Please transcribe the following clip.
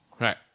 Right